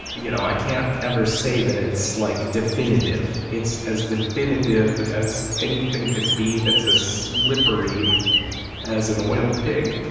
you know, i can't ever say that it's like definitive. it's as definitive as anything can be. that's as slippery as an whaled pig